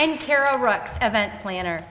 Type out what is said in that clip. and carol rocks event planner